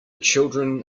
children